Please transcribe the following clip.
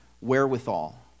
wherewithal